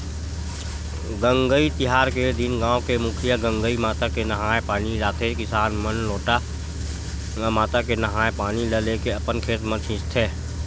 गंगई तिहार के दिन गाँव के मुखिया गंगई माता के नंहाय पानी लाथे किसान मन लोटा म माता के नंहाय पानी ल लेके अपन खेत म छींचथे